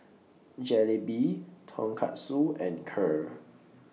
Jalebi Tonkatsu and Kheer